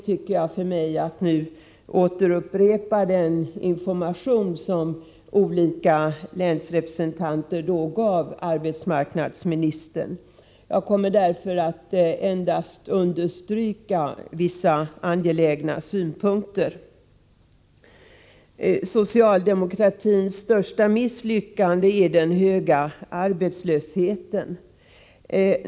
Det finns ingen anledning att nu återupprepa den information som olika länsrepresentanter då gav arbetsmarknadsministern. Jag kommer därför endast att understryka vissa angelägna synpunkter. Socialdemokratins största misslyckande är den höga arbetslösheten.